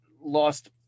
lost